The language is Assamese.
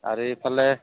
আৰু ইফালে